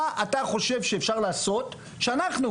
מה אתה חושב שאפשר לעשות שאנחנו,